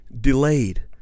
Delayed